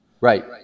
Right